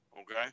Okay